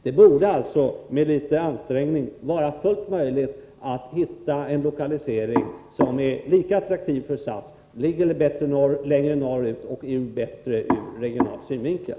Det borde med litet ansträngning vara fullt möjligt att hitta en lokalisering som är lika attraktiv för SAS och som ligger längre norrut och är bättre ur en regional synvinkel.